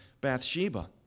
Bathsheba